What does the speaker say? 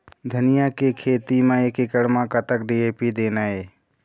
धनिया के खेती म एक एकड़ म कतक डी.ए.पी देना ये?